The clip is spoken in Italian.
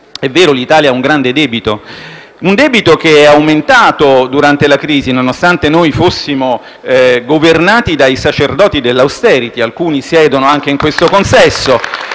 È vero, l'Italia ha un grande debito, che è aumentato durante la crisi, nonostante noi fossimo governati dai sacerdoti dell'*austerity*, alcuni dei quali siedono anche in questo consesso.